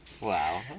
wow